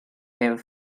their